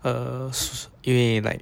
ah eh like